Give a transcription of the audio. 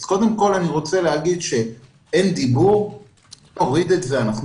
קודם כל אני רוצה להגיד שתוריד "אין דיבור".